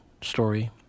story